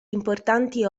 importanti